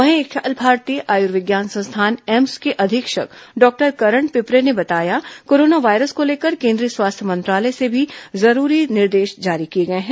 वहीं अखिल भारतीय आयुर्विज्ञान संस्थान एम्स के अधीक्षक डॉक्टर करण पिपरे ने बताया कोरोना वायरस को लेकर केंद्रीय स्वास्थ्य मंत्रालय से भी जरुरी निर्देश जारी किए गए हैं